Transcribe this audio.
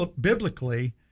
biblically